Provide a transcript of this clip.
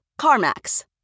CarMax